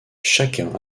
chacun